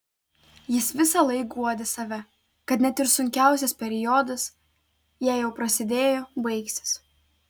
jis visąlaik guodė save kad net ir sunkiausias periodas jei jau prasidėjo baigsis